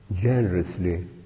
generously